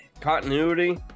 continuity